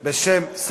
בשם.